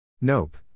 Nope